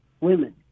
women